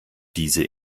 diese